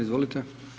Izvolite.